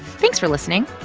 thanks for listening